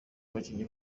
abakinnyi